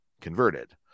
converted